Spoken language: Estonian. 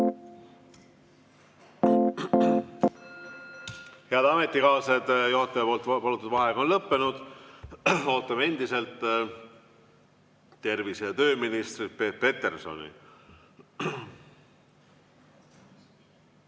Head ametikaaslased! Juhataja palutud vaheaeg on lõppenud. Ootame endiselt tervise‑ ja tööminister Peep Petersoni.